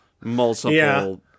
Multiple